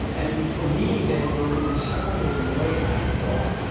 and for me, they were inseparable in the way i thought.